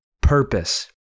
purpose